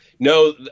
No